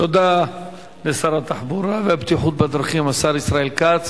תודה לשר התחבורה והבטיחות בדרכים, השר ישראל כץ.